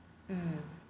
hmm